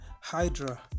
hydra